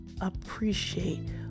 Appreciate